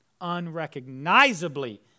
Unrecognizably